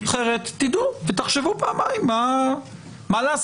אחרת, תדעו ותחשבו פעמיים מה לעשות.